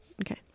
Okay